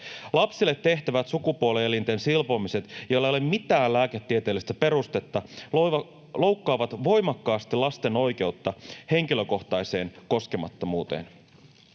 Lapsille tehtävät sukupuolielinten silpomiset, jolla ei ole mitään lääketieteellistä perustetta, loukkaavat voimakkaasti lasten oikeutta henkilökohtaiseen koskemattomuuteen.